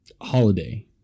Holiday